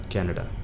Canada